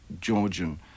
Georgian